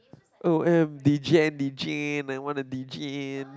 O M D Jane D Jane I wanna D Jane